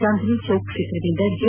ಚಾಂದನಿ ಚೌಕ್ ಕ್ಷೇತ್ರದಿಂದ ಜೆ